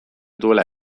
duela